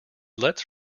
lets